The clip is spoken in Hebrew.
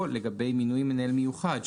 או לגבי מינוי מנהל מיוחד,